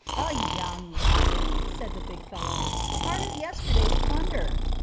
a young robin, said the big fellow part of yesterday's plunder.